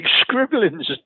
scribblings